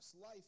life